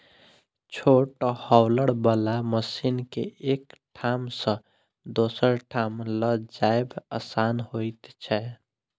छोट हौलर बला मशीन के एक ठाम सॅ दोसर ठाम ल जायब आसान होइत छै